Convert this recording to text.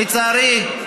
לצערי,